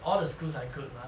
all the schools are good mah